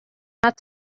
not